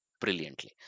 Brilliantly